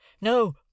no